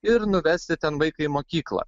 ir nuvesti ten vaikai mokyklą